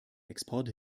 export